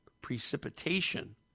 precipitation